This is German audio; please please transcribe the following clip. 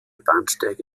bahnsteige